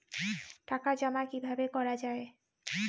টাকা জমা কিভাবে করা য়ায়?